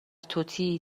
توتی